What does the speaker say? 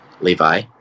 Levi